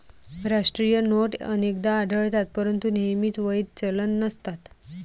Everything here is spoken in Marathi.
राष्ट्रीय नोट अनेकदा आढळतात परंतु नेहमीच वैध चलन नसतात